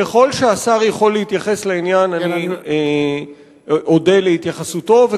ככל שהשר יכול להתייחס לעניין אני אודה על התייחסותו,